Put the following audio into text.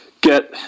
get